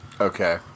Okay